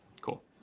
Cool